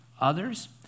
others